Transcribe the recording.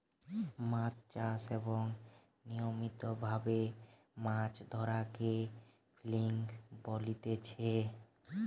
মাছ চাষ এবং নিয়মিত ভাবে মাছ ধরাকে ফিসিং বলতিচ্ছে